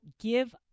give